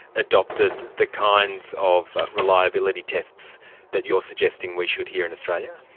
adopted the kinds of reliability tests that you are suggesting we should here in australia?